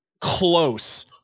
close